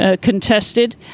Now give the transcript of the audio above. contested